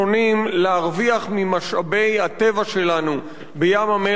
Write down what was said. להרוויח ממשאבי הטבע שלנו בים-המלח,